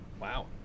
Wow